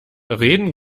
reden